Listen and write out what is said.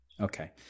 Okay